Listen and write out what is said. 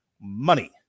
Money